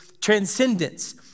transcendence